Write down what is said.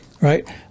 right